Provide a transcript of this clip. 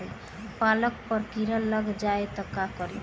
पालक पर कीड़ा लग जाए त का करी?